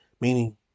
meaning